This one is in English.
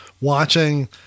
watching